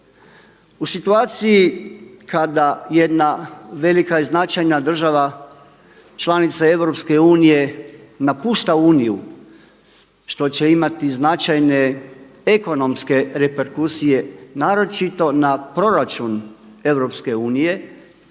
U situaciji kada jedna velika i značajna država članica EU napušta Uniju što će imati značajne ekonomske reperkusije naročito na proračun EU